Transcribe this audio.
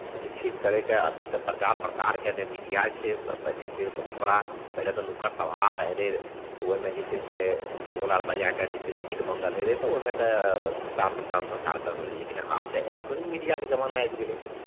शिक्षित करयके अभी तऽ प्रचार प्रसार करयके मीडिया जे छै जे छै बहुत बड़ा पहिले तऽ नुक्कड़ सभा रहैत रहै तऽ ओहिमे जे छै से ढोल आर बजा कऽ जे छै से गीत मङ्गल होइत रहै तऽ ओहिमे तऽ प्रचार प्रसार सरकार करबैत रहै लेकिन आब तऽ इलेक्ट्रॉनिक मीडियाके जमाना आबि गेलै